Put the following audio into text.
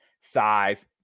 size